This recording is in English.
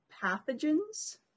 pathogens